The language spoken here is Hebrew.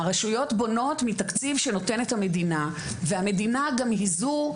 הרשויות בונות מתקציב שנותנת המדינה והמדינה היא גם זו,